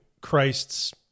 Christ's